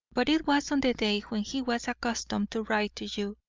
but it was on the day when he was accustomed to write to you,